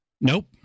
Nope